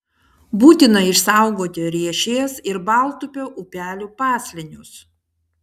būtina išsaugoti riešės ir baltupio upelių paslėnius